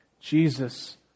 Jesus